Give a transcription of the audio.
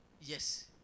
Yes